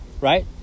right